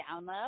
Download